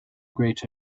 great